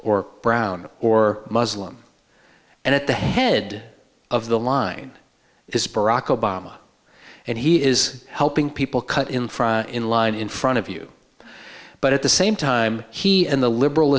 or brown or muslim and at the head of the line is barack obama and he is helping people cut in front in line in front of you but at the same time he and the liberal